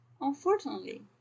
Unfortunately